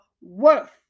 worth